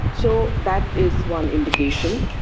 so that is one indication.